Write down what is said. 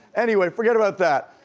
anyway, forget about that.